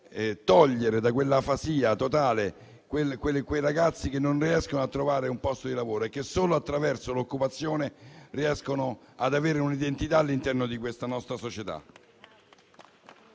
di togliere dall'afasia totale quei ragazzi che non riescono a trovare un posto di lavoro e che solo attraverso l'occupazione possono avere un'identità all'interno di questa nostra società.